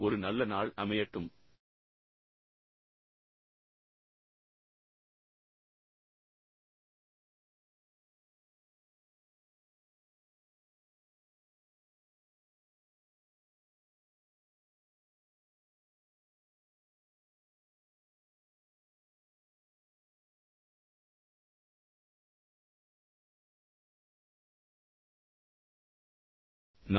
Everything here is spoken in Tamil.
ஒரு நல்ல நாள் அமையட்டும்